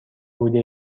بوده